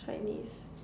Chinese